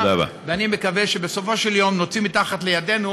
ואני מקווה שבסופו של יום נוציא מתחת ידינו